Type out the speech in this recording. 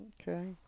Okay